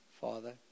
Father